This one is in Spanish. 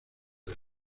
del